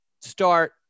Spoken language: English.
start